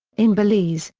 in belize,